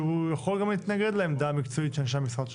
שהוא יכול גם להתנגד לעמדה המקצועית של אנשי המשרד שלו.